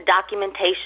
documentation